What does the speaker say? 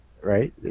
right